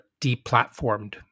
deplatformed